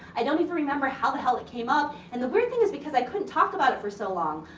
i don't even remember how the hell it came up. and the weird thing is because i couldn't talk about it for so long,